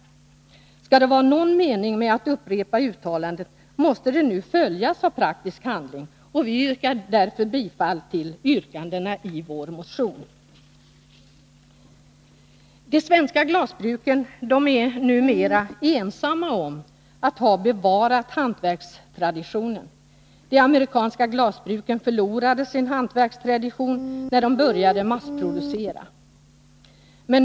Skall det vara någon mening med att upprepa uttalandet måste det nu följas av praktisk handling. Vi yrkar därför bifall till yrkandena i vår motion. De svenska glasbruken är numera ensamma om att ha bevarat hantverkstraditionen. De amerikanska glasbruken förlorade sin hantverkstradition när de började massproducera.